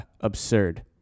absurd